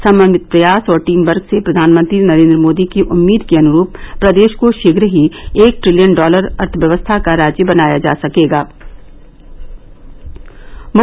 समन्वित प्रयास और टीम वर्क से प्रधानमंत्री नरेन्द्र मोदी की उम्मीद के अनुरूप प्रदेश को शीध्र ही एक ट्रिलियन डॉलर अर्थव्यवस्था का राज्य बनाया जा सके गा